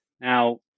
Now